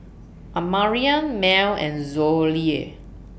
Amarion Mel and Zollie